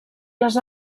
les